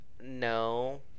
no